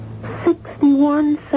Sixty-one